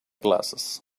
glasses